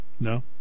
No